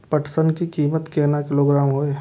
पटसन की कीमत केना किलोग्राम हय?